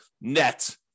net